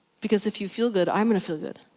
because if you feel good i'm gonna feel good.